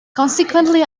consequently